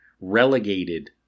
relegated